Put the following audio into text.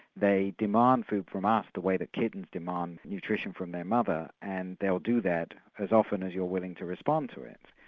they demand food from us the way kittens demand nutrition from their mother, and they'll do that as often as you're willing to respond to it.